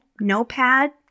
notepad